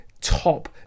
top